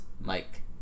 Mike